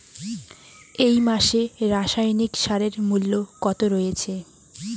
এই মাসে রাসায়নিক সারের মূল্য কত রয়েছে?